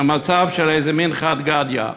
זה מצב של מין חד-גדיא.